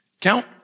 Count